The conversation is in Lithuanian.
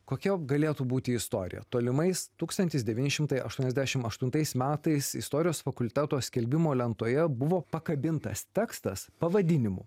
kokia galėtų būti istorija tolimais tūkstantis devyni šimtai aštuoniasdešim aštuntais metais istorijos fakulteto skelbimų lentoje buvo pakabintas tekstas pavadinimu